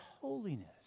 holiness